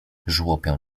żłopią